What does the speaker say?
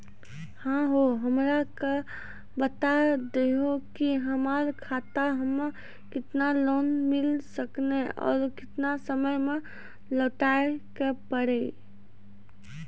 है हो हमरा के बता दहु की हमार खाता हम्मे केतना लोन मिल सकने और केतना समय मैं लौटाए के पड़ी?